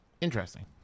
Interesting